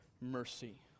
mercy